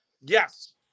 yes